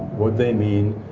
what they mean,